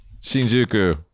Shinjuku